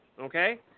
Okay